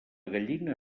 gallina